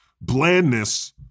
blandness